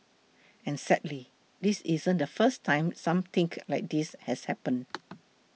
and sadly this isn't the first time something like this has happened